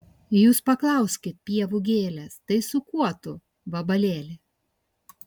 jūs paklauskit pievų gėlės tai su kuo tu vabalėli